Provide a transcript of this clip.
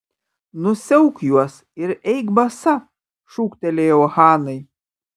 nusiauk juos ir eik basa šūktelėjau hanai